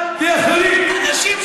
אל-ג'עאר.